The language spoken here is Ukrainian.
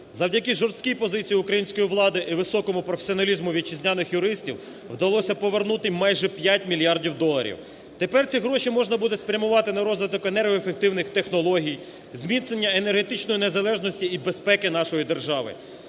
Завдяки жорсткій позиції української влади і високому професіоналізму вітчизняних юристів вдалося повернути майже 5 мільярдів доларів. Тепер ці гроші можна буде спрямувати на розвиток енергоефективних технологій, зміцнення енергетичної незалежності і безпеки нашої держави.